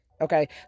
okay